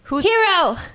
Hero